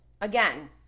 Again